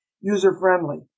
user-friendly